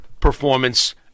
Performance